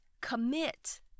Commit